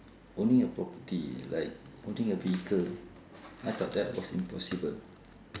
owning a property like owning a vehicle I thought that was impossible